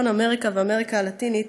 צפון-אמריקה ואמריקה הלטינית,